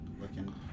looking